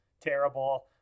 terrible